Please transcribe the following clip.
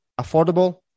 affordable